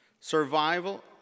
Survival